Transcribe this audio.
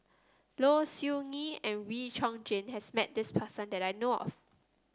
Low Siew Nghee and Wee Chong Jin has met this person that I know of